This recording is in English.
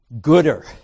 gooder